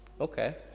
okay